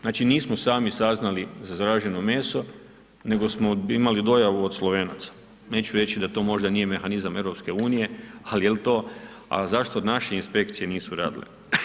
Znači nismo sami saznali za zaraženo meso, nego smo imali dojavu od Slovenaca, neću reći, da to možda nije mehanizam EU, ali jel to, zašto naše inspekcije nisu radile.